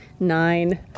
Nine